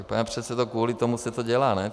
Tak, pane předsedo, kvůli tomu se to dělá, ne?